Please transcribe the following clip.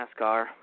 NASCAR